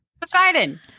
Poseidon